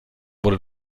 wurde